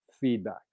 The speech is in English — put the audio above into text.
feedback